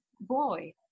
boy